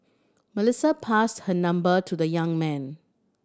Melissa passed her number to the young man